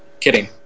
kidding